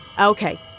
Okay